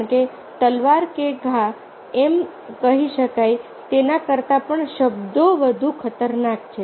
કારણ કે તલવાર કે ઘા એમ કહી શકાય તેના કરતાં પણ શબ્દો વધુ ખતરનાક છે